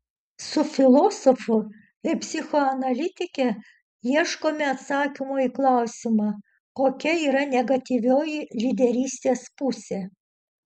su filosofu ir psichoanalitike ieškome atsakymo į klausimą kokia yra negatyvioji lyderystės pusė